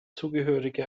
zugehörige